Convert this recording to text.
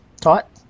taught